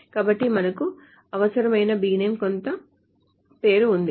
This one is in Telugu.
కాబట్టి మనకు అవసరమైన bname కొంత పేరు ఉంది